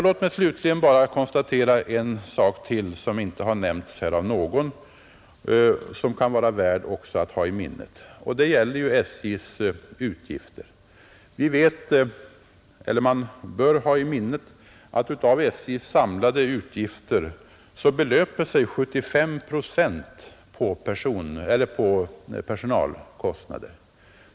Låt mig slutligen konstatera att ytterligare en faktor som också kan vara värd att hålla i minnet, nämligen SJ:s utgifter, inte har nämnts av någon, Man bör komma ihåg att av SJ:s samlade utgifter belöper sig 75 procent på personalkostnader.